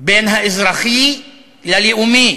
בין האזרחי ללאומי.